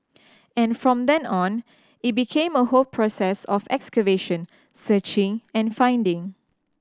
and from then on it became a whole process of excavation searching and finding